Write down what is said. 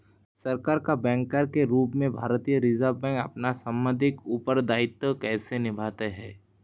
सरकार का बैंकर के रूप में भारतीय रिज़र्व बैंक अपना सांविधिक उत्तरदायित्व कैसे निभाता है?